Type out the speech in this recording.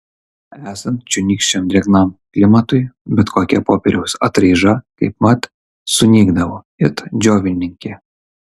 esant čionykščiam drėgnam klimatui bet kokia popieriaus atraiža kaipmat sunykdavo it džiovininkė